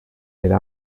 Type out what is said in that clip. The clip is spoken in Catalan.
era